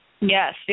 Yes